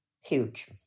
huge